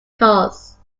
cause